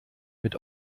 mit